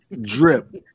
drip